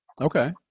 Okay